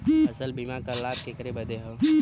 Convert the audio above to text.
फसल बीमा क लाभ केकरे बदे ह?